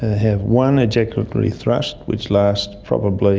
have one ejaculatory thrust which lasts probably